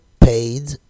paid